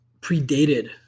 predated